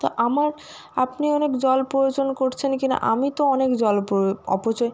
তা আমার আপনি অনেক জল প্রয়োজন করছেন কি না আমি তো অনেক জল অপচয়